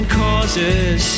causes